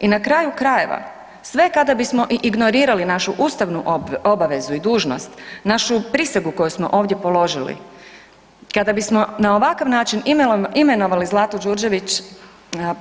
I na kraju krajeva, sve kada bismo i ignorirali našu ustavnu obavezu i dužnost, našu prisegu koju smo ovdje položili, kada bismo na ovakav način imenovalo Zlatu Đurđević